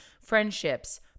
friendships